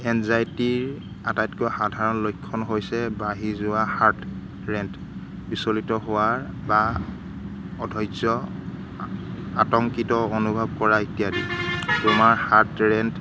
এনজাইটিৰ আটাইতকৈ সাধাৰণ লক্ষণ হৈছে বাঢ়ি যোৱা হাৰ্ট ৰেট বিচলিত হোৱাৰ বা অধৈৰ্য্য আতংকিত অনুভৱ কৰা ইত্যাদি তোমাৰ হাৰ্ট ৰেট